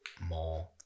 more